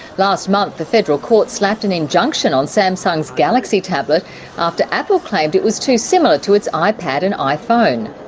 last month the federal court slapped an injunction on samsung's galaxy tablet after apple claimed it was too similar to its ah ipad and iphone.